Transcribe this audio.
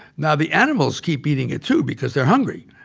now, the animals keep eating it too because they're hungry.